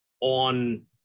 on